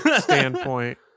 standpoint